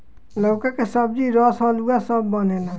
लउका के सब्जी, रस, हलुआ सब बनेला